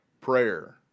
Prayer